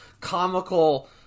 comical